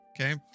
Okay